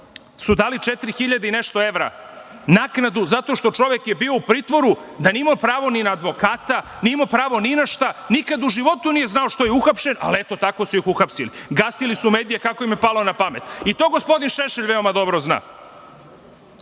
su dali 4.000 i nešto evra naknadu, zato što čovek je bio u pritvoru da nije imao pravo ni na advokata, nije imao pravo ni na šta. Nikad u životu nije znao što je uhapšen, ali eto tako su ih uhapsili. Gasili su medije kako im je palo na pamet. To gospodin Šešelj veoma dobro zna. Tako